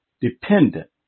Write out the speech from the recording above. dependent